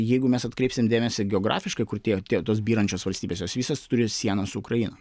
jeigu mes atkreipsim dėmesį geografiškai kur tie byrančios valstybės jos visos turėjo sienas su ukraina